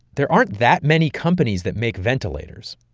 there aren't that many companies that make ventilators.